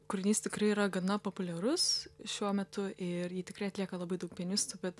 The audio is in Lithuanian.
kūrinys tikrai yra gana populiarus šiuo metu ir jį tikrai atlieka labai daug pianistų bet